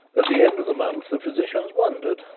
at the end of the month the physicians wondered,